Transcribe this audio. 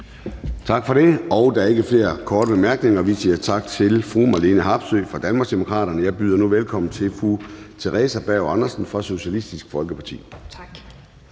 Tak for det. Der er ikke flere korte bemærkninger, og vi siger tak til fru Marlene Harpsøe fra Danmarksdemokraterne. Jeg byder nu velkommen til fru Theresa Berg Andersen fra Socialistisk Folkeparti. Kl.